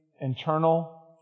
internal